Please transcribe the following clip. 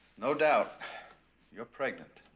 no doubt you're pregnant